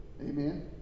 Amen